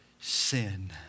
sin